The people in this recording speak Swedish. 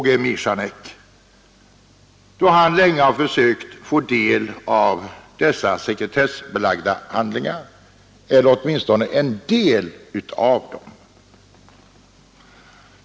G. Michanek länge har försökt få del av dessa sekretessbelagda handlingar eller åtminstone en del av dem.